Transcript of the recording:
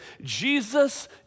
Jesus